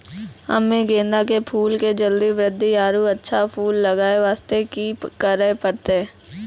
हम्मे गेंदा के फूल के जल्दी बृद्धि आरु अच्छा फूल लगय वास्ते की करे परतै?